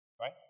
Right